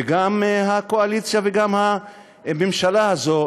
וגם הקואליציה וגם הממשלה הזו,